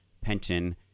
pension